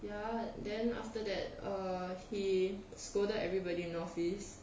ya then after that err he scolded everybody in the office